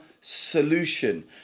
solution